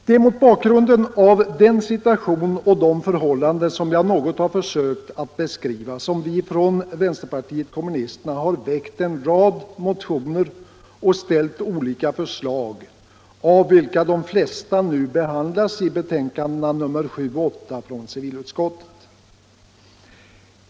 Det är mot bakgrunden av den situation och de förhållanden jag här något försökt att beskriva som vi från vpk har väckt en rad motioner och ställt olika förslag, av vilka de flesta nu behandlas i betänkandena nr 7 och 8 från civilutskottet.